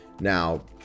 Now